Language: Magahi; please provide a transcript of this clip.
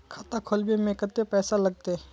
खाता खोलबे में कते पैसा लगते?